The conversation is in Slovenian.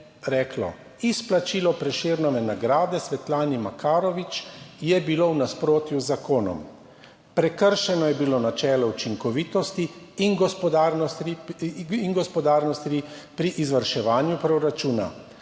reklo: "Izplačilo Prešernove nagrade Svetlani Makarovič je bilo v nasprotju z zakonom. Prekršeno je bilo načelo učinkovitosti in gospodarnosti pri izvrševanju proračuna.